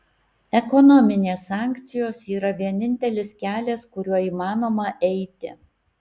ekonominės sankcijos yra vienintelis kelias kuriuo įmanoma eiti